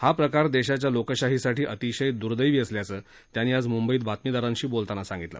हा प्रकार देशाच्या लोकशाहीसाठी अतिशय दुर्दैवी असल्याचं त्यांनी आज मुंबईत बातमीदारांशी बोलताना सांगितलं